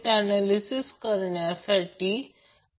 आणि हे phasor coil प्रत्यक्षात एक व्होल्टेज कॉइल आहे